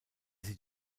sie